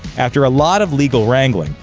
after a lot of legal wrangling,